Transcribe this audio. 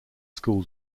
school